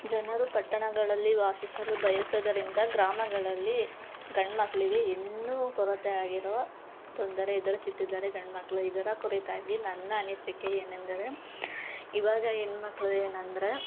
ಜನರು ಪಟ್ಟಣಗಳಲ್ಲಿ ವಾಸಿಸಲು ಬಯಸುದರಿಂದ ಗ್ರಾಮಗಳಲ್ಲಿ ಗಂಡ್ಮಕ್ಕಳಿಗೆ ಇನ್ನೂ ಕೊರತೆಯಾಗಿರುವ ತೊಂದರೆ ಎದುರಿಸುತ್ತಿದ್ದಾರೆ ಗಂಡ್ಮಕ್ಕಳು ಇದರ ಕುರಿತಾಗಿ ನನ್ನ ಅನಿಸಿಕೆ ಏನೆಂದರೆ ಇವಾಗ ಹೆಣ್ಮಕ್ಳು ಏನಂದರೆ